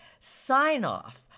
sign-off